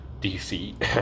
DC